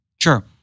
Sure